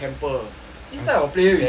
this type of player you see